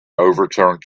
overturned